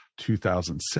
2006